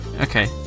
okay